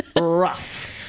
rough